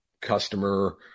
customer